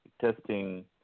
testing